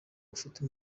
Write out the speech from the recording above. ufite